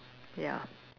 ya